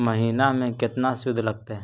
महिना में केतना शुद्ध लगतै?